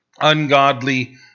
ungodly